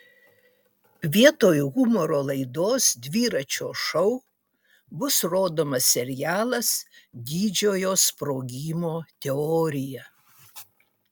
vietoj humoro laidos dviračio šou bus rodomas serialas didžiojo sprogimo teorija